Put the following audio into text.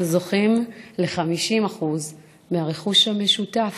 זוכים ל-50% מהרכוש המשותף,